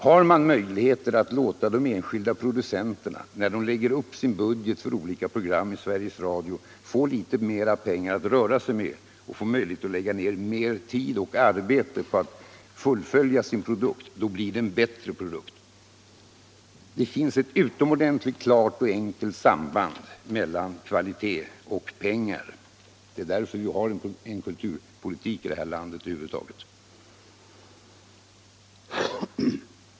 Har man möjlighet att låta de enskilda producenterna, när de lägger upp sin budget för olika program i Sveriges Radio, få litet mer pengar att röra sig med så att de kan lägga ner mer tid och arbete på att fullfölja sin produkt, blir produkten bättre. Det finns ett utomordentligt klart och enkelt samband mellan kvalitet och pengar. Det är därför vi över huvud taget driver en kulturpolitik i detta land.